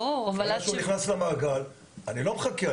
ברגע שהוא נכנס למעגל אני לא מחכה,